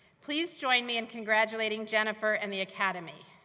please join me in congratulating jennifer and the academy.